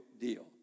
deal